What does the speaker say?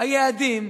היעדים,